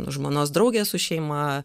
žmonos draugė su šeima